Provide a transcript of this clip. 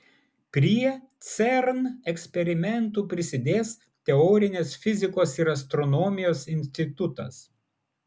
prie cern eksperimentų prisidės teorinės fizikos ir astronomijos institutas